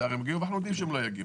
אנחנו יודעים שלא הם יגיעו.